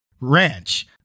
ranch